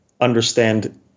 understand